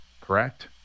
Correct